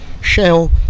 shell